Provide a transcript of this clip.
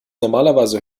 normalerweise